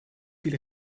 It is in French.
ils